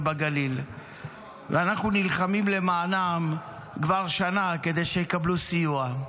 ובגליל ואנחנו נלחמים למענם כבר שנה כדי שיקבלו סיוע.